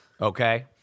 Okay